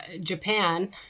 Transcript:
Japan